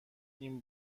این